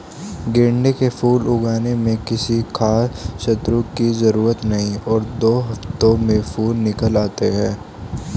गेंदे के फूल उगाने में किसी खास ऋतू की जरूरत नहीं और दो हफ्तों में फूल निकल आते हैं